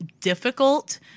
difficult